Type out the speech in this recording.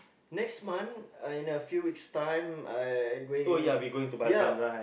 next month uh in a few weeks time I going ya